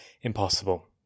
impossible